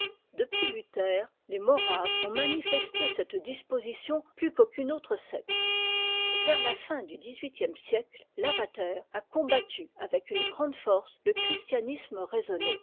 depuis luther les moraves ont manifesté cette disposition plus qu'aucune autre secte vers la fin du dix-huitième siècle lavater a combattu avec une grande force le christianisme raisonné